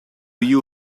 you